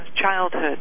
childhood